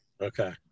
Okay